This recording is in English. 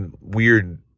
weird